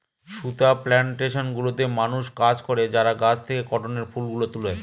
সুতা প্লানটেশন গুলোতে মানুষ কাজ করে যারা গাছ থেকে কটনের ফুল গুলো তুলে